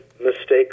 mistake